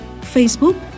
Facebook